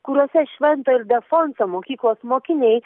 kuriuose švento eldefonso mokyklos mokiniai